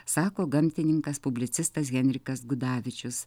sako gamtininkas publicistas henrikas gudavičius